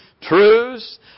truths